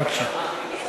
בבקשה.